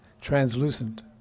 translucent